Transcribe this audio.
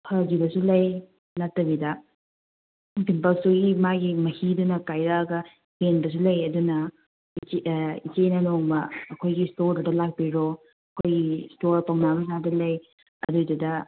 ꯐꯒꯤꯕꯁꯨ ꯂꯩ ꯅꯠꯇꯕꯤꯗ ꯄꯤꯝꯄꯜꯁꯇꯨꯒꯤ ꯃꯥꯒꯤ ꯃꯍꯤꯗꯨꯅ ꯀꯥꯏꯔꯛꯂꯒ ꯍꯦꯟꯕꯁꯨ ꯂꯩ ꯑꯗꯨꯅ ꯏꯆꯦ ꯑꯥ ꯏꯆꯦꯅ ꯅꯣꯡꯃ ꯑꯩꯈꯣꯏꯒꯤ ꯏꯁꯇꯣꯔꯗꯨꯗ ꯂꯥꯛꯄꯤꯔꯣ ꯑꯩꯈꯣꯏꯒꯤ ꯏꯁꯇꯣꯔ ꯄꯥꯎꯅꯥ ꯕꯖꯥꯔꯗ ꯂꯩ ꯑꯗꯨꯏꯗꯨꯗ